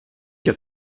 già